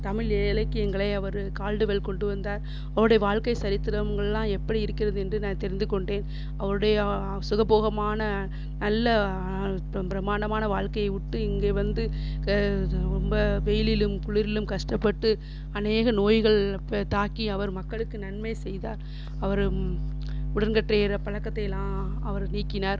தமிழ் இலக்கியங்களை அவர் கால்டுவெல் கொண்டுவந்தார் அவருடைய வாழ்க்கை சரித்திரங்கள்லாம் எப்படி இருக்கிறது என்று நான் தெரிந்துக்கொண்டேன் அவருடைய சுகபோகமான நல்ல பிரமாண்டமான வாழ்க்கையை விட்டு இங்கே வந்து ரொம்ப வெயிலிலும் குளிரிலும் கஷ்டப்பட்டு அநேக நோய்கள் தாக்கி அவர் மக்களுக்கு நன்மை செய்தார் அவர் உடன்கட்டை ஏறுற பழக்கத்தைலாம் அவர் நீக்கினார்